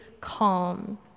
calm